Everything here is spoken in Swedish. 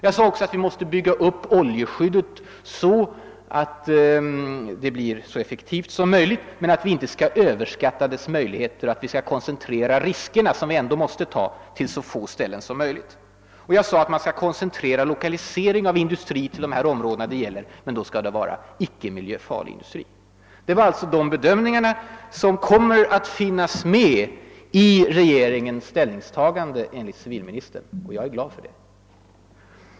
Jag sade vidare att vi måste bygga upp oljeskyddet så att det blir så effektivt som möjligt, men att vi inte skall överskatta dess möjligheter. Vi skall koncentrera de risker, som vi ändå mäste ta, till så få ställen som möjligt. Jag framhöll att man skall söka lokalisera industri till de områden det gäller, men det skall i så fall vara icke miljöfarlig industri. Det var dessa bedömningar som enligt civilministern kommer att finnas med vid avgörandet av regeringens ställningstagande. Jag är glad för det.